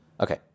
Okay